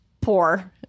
poor